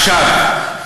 עכשיו,